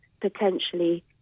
potentially